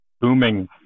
booming